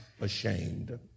ashamed